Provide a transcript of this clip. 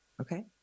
Okay